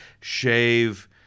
shave